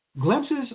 Glimpses